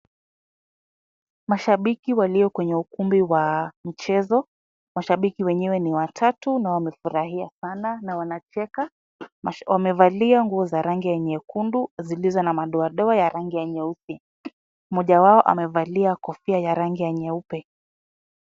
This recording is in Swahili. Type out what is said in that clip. Mashabiki walio kwenye ukumbi wa mchezo. Mashabiki wenyewe ni watatu na wamefurahia sana na wanacheka. Wamevalia nguo za rangi ya nyekundu zilizo na madoadoa ya rangi ya nyeusi. Moja wao amevalia kofia ya rangi ya nyeupe.